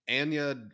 Anya